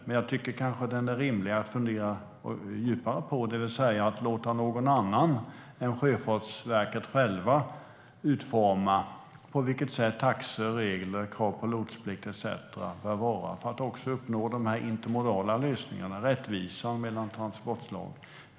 Men jag tycker att det är rimligt att fundera djupare på det, det vill säga att låta någon annan än Sjöfartsverket utforma taxor, regler, krav på lots etcetera för att man också ska uppnå de intermodala lösningarna och rättvisan mellan transportslag.